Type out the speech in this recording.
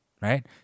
right